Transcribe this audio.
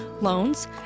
loans